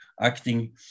acting